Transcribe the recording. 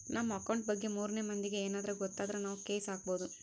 ನಮ್ ಅಕೌಂಟ್ ಬಗ್ಗೆ ಮೂರನೆ ಮಂದಿಗೆ ಯೆನದ್ರ ಗೊತ್ತಾದ್ರ ನಾವ್ ಕೇಸ್ ಹಾಕ್ಬೊದು